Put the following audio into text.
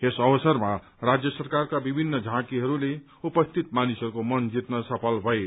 यस अवसरमा राज्य सरकारका विभिन्न झाँकीहरूले उपस्थित मानिसहरूको मन जिल्न सफल भए